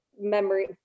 memory